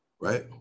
right